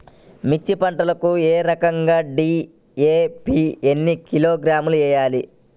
మిర్చి పంటకు ఎకరాకు డీ.ఏ.పీ ఎన్ని కిలోగ్రాములు వేయాలి?